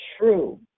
true